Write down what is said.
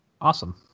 awesome